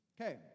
Okay